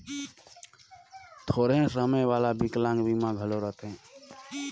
थोरहें समे वाला बिकलांग बीमा घलो रथें